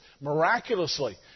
miraculously